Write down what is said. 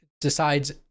decides